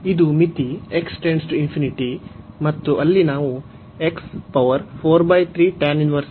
ಇದು ಮಿತಿ ಮತ್ತು ಅಲ್ಲಿ ನಾವು ಅನ್ನು ಹೊಂದಿದ್ದೇವೆ